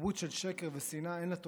תרבות של שקר ושנאה, אין לה תוחלת,